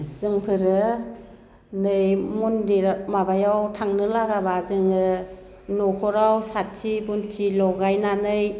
जोंफोरो नै मन्दिर माबायाव थांनो लागाबो जोङो न'खराव साथि बन्थि लगायनानै